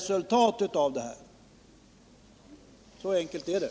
Så enkelt är det.